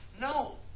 No